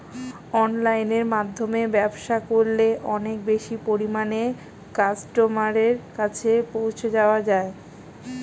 অনলাইনের মাধ্যমে ব্যবসা করলে অনেক বেশি পরিমাণে কাস্টমারের কাছে পৌঁছে যাওয়া যায়?